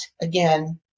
again